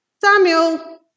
Samuel